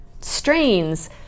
strains